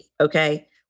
okay